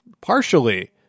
partially